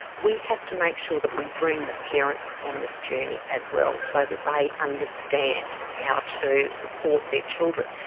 we have to make sure that we bring the parents on this journey as well so that they understand how to support their children.